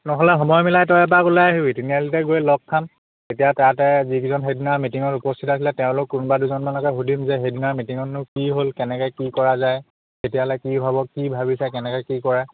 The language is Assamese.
নহ'লে সময় মিলাই তই এপাক ওলাই আহিবি তিনিআলিতে গৈ লগ খাম তেতিয়া তাতে যিকেইজন সেইদিনা মিটিঙত উপস্থিত আছিলে তেওঁলোক কোনোবা দুজনমানকে সুধিম যে সেইদিনা মিটিঙতনো কি হ'ল কেনেকৈ কি কৰা যায় তেতিয়ালৈ কি ভাবত কি ভাবিছে কেনেকৈ কি কৰে